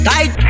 Tight